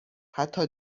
حتی